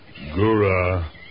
Gura